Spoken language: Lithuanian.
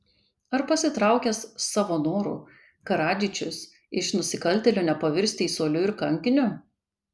ar pasitraukęs savo noru karadžičius iš nusikaltėlio nepavirs teisuoliu ir kankiniu